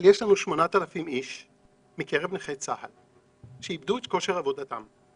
אבל יש לנו 8,000 איש מקרב נכי צה"ל שאיבדו את כושר עבודתם.